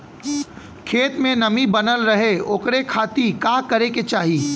खेत में नमी बनल रहे ओकरे खाती का करे के चाही?